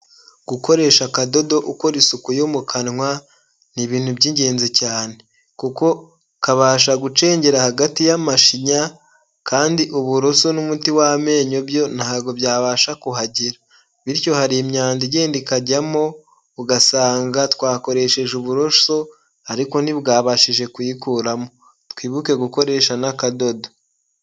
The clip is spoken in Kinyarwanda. Gukoresha akadodo ukora isuku yo mu kanwa ni ibintu by'ingenzi cyane kuko kabasha gucengera hagati y'amashinya kandi uburoso n'umuti w'amenyo byo ntago byabasha kuhagera, bityo hari imyanda igenda ikajyamo ugasanga twakoresheje uburoso ariko ntibwabashije kuyikuramo, twibuke gukoresha n'akadodo.